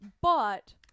But-